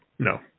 No